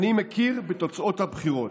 אני מכיר בתוצאות הבחירות,